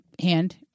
hand